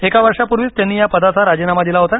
एका वर्षापूर्वीच त्यांनी या पदाचा राजीनामा दिला होता